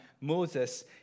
Moses